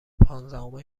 پانزدهم